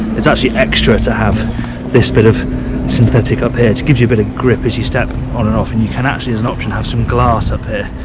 it's actually an extra to have this bit of synthetic up here to give you a bit of grip as you step on and off, and you can actually as an option have some glass up here,